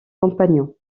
compagnons